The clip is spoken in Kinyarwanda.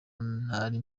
ntari